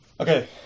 Okay